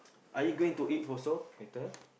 are you going to eat also later